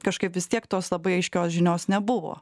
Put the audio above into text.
kažkaip vis tiek tos labai aiškios žinios nebuvo